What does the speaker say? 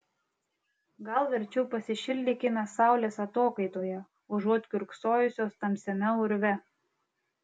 gal verčiau pasišildykime saulės atokaitoje užuot kiurksojusios tamsiame urve